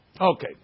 Okay